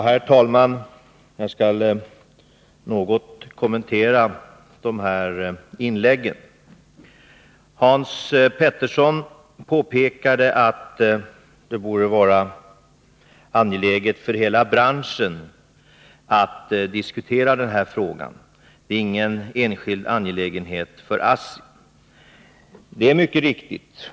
Herr talman! Jag skall något kommentera de inlägg som har gjorts. Hans Petersson i Hallstahammar påpekade att det borde vara angeläget för alla branscher att diskutera den här frågan, den är ingen enskild angelägenhet för ASSI. Det är mycket riktigt.